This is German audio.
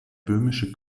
böhmische